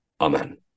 Amen